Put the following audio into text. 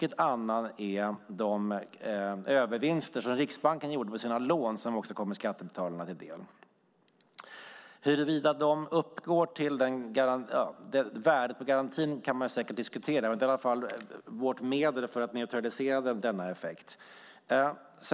Ett annat är de övervinster som Riksbanken gjorde på sina lån som kommer skattebetalarna till del. Huruvida detta uppgår till värdet på garantin kan man diskutera. Det är i alla fall vårt medel för att neutralisera denna effekt.